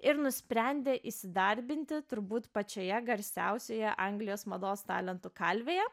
ir nusprendė įsidarbinti turbūt pačioje garsiausioje anglijos mados talentų kalvėje